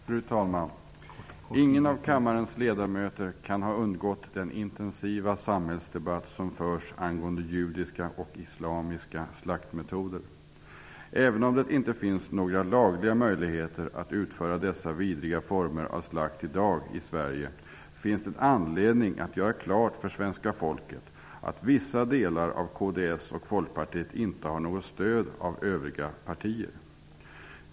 Fru talman! Ingen av kammarens ledamöter kan ha undgått den intensiva samhällsdebatt som förts angående judiska och islamiska slaktmetoder. Även om det inte finns några lagliga möjligheter att utföra dessa vidriga former av slakt i dag i Sverige finns det anledning att göra klart för svenska folket att vissa delar av kds och Folkpartiet inte har något stöd av övriga partier.